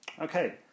Okay